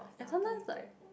and sometimes like